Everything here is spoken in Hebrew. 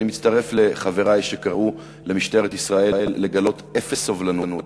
אני מצטרף לחברי שקראו למשטרת ישראל לגלות אפס סובלנות,